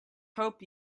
hope